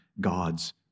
God's